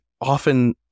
often